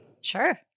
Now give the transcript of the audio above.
Sure